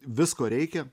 visko reikia